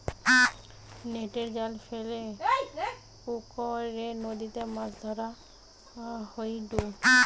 নেটের জাল ফেলে পুকরে, নদীতে মাছ ধরা হয়ঢু